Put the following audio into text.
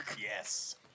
Yes